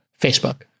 Facebook